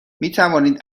میتوانید